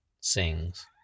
sings